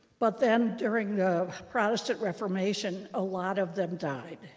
but then, during the protestant reformation, a lot of them died,